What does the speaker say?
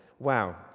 Wow